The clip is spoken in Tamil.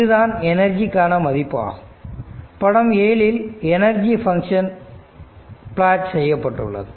இதுதான் எனர்ஜிக்கான மதிப்பு ஆகும் இங்கு படம் 7இல் எனர்ஜி ஃபங்ஷன் பிளட் செய்யப்பட்டுள்ளது